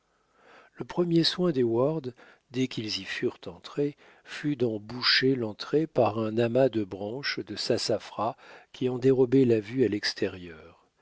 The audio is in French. le premier soin d'heyward dès qu'ils y furent entrés fut d'en boucher l'entrée par un amas de branches de sassafras qui en dérobait la vue à l'extérieur